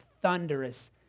thunderous